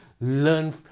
learn